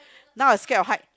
now I scared of height